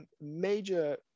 major